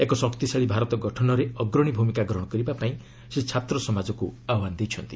ଏକ ଶକ୍ତିଶାଳୀ ଭାରତ ଗଠନରେ ଅଗ୍ରଣୀ ଭୂମିକା ଗ୍ରହଣ କରିବା ପାଇଁ ସେ ଛାତ୍ର ସମାଜକୁ ଆହ୍ୱାନ ଦେଇଛନ୍ତି